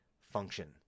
function